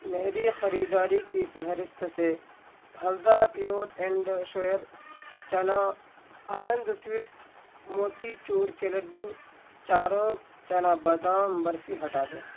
میری خریداری کی فہرست سے پھلدار پیئور اینڈ شوئر چنا آنند سویٹس موتی چور کے لڈو اور چاروک چنا بادام برفی ہٹا دو